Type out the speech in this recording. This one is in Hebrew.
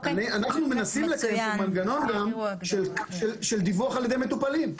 אנחנו מנסים גם לקיים פה מנגנון של דיווח על ידי מטופלים.